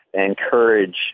encourage